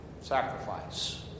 sacrifice